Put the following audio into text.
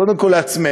קודם כול לעצמנו,